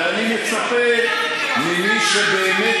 ואני מצפה ממי שבאמת,